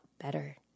better